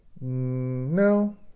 No